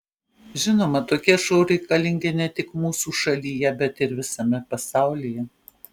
žinoma tokie šou reikalingi ne tik mūsų šalyje bet ir visame pasaulyje